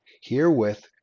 Herewith